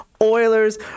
Oilers